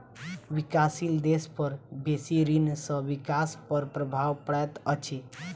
विकासशील देश पर बेसी ऋण सॅ विकास पर प्रभाव पड़ैत अछि